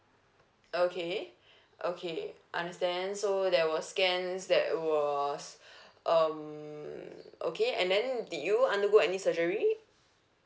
okay okay understand so there was scans that was um okay and then did you undergo any surgery